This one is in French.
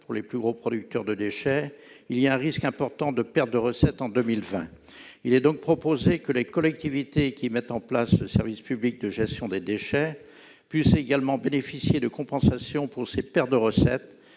pour les plus gros producteurs de déchets, il y a un risque important de perte de recettes en 2020. Il est donc proposé que les collectivités qui mettent en place le service public de gestion des déchets puissent également bénéficier de compensation pour ces pertes de recettes.